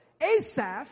Asaph